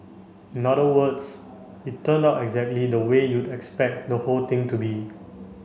in other words it turned out exactly the way you'd expect the whole thing to be